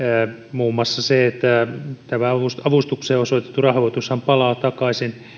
muun muassa se että tämä avustukseen osoitettu rahoitushan palaa takaisin